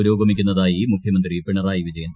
പുരോഗമിക്കുന്നതായി മുഖ്യമന്ത്രി പിണറായി വിജയൻ